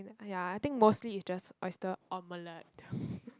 ya I think mostly is just oyster omelette